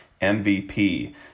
MVP